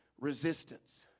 resistance